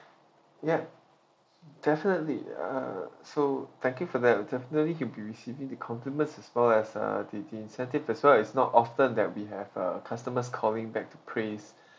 ya definitely uh so thank you for that definitely he'll be receiving the compliments as well as uh the the incentive as well it's not often that we have uh customer's calling back to praise